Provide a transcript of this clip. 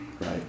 right